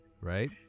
Right